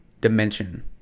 dimension